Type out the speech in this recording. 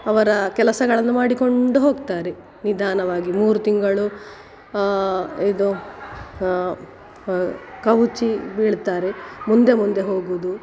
ಅವರ ಕೆಲಸಗಳನ್ನು ಮಾಡಿಕೊಂಡು ಹೋಗ್ತಾರೆ ನಿಧಾನವಾಗಿ ಮೂರು ತಿಂಗಳು ಇದು ಕವುಚಿ ಬೀಳ್ತಾರೆ ಮುಂದೆ ಮುಂದೆ ಹೋಗುವುದು